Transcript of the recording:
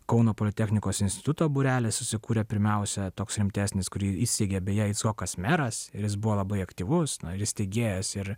kauno politechnikos instituto būrelis susikūrė pirmiausia toks rimtesnis kurį įsteigė beje icchokas meras ir jis buvo labai aktyvus na ir jis steigėjas ir